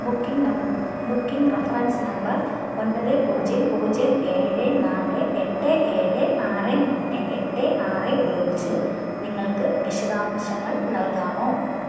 booking booking reference number ഒമ്പത് പൂജ്യം പൂജ്യം ഏഴ് നാല് എട്ട് ഏഴ് ആറ് മൂന്ന് എട്ട് ആറ് ഉപയോഗിച്ചു നിങ്ങൾക്ക് വിശദാംശങ്ങൾ നൽകാമോ